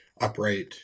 upright